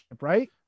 right